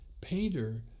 painter